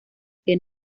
que